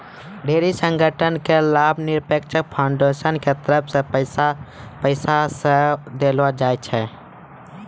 ढेरी संगठनो के लाभनिरपेक्ष फाउन्डेसन के तरफो से पैसा सेहो देलो जाय छै